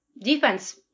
defense